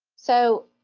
so,